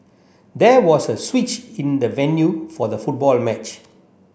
there was a switch in the venue for the football match